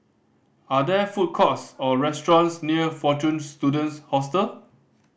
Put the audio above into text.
are there food courts or restaurants near Fortune Students Hostel